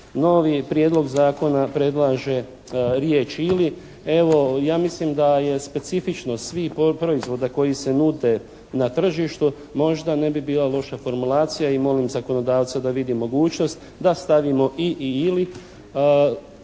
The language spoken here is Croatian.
Novi Prijedloga zakona predlaže riječ: "ili". Evo, ja mislim da je specifičnost svih proizvoda koji se nude na tržištu možda ne bi bila loša formulacija i molim zakonodavca da vidi mogućnost da stavimo "i/ili".